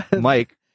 Mike